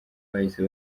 bahise